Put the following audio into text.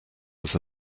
was